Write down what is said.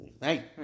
Hey